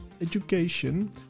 education